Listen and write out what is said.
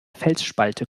felsspalte